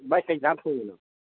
ꯚꯥꯏ ꯀꯔꯤ ꯏꯟꯖꯥꯡ ꯊꯣꯡꯉꯤꯅꯣ